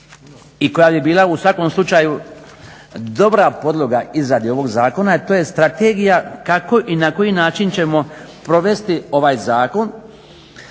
i koja bi bila u svakom slučaju dobra podloga izradi ovog zakona, a to je strategija kako i na koji način ćemo provesti ovaj zakon,